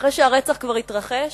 אחרי שהרצח כבר התרחש,